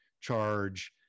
charge